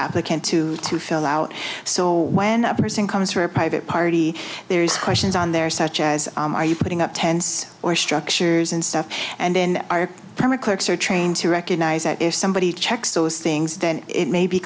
applicant to to fill out so when a person comes for a private party there is questions on there such as are you putting up tents or structures and stuff and then our former clerks are trained to recognize that if somebody checks those things then it may be